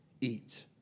eat